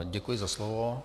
Děkuji za slovo.